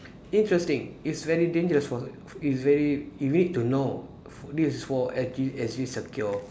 interesting it's very dangerous for it's very you need to know this for S_G S_G secure